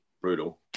brutal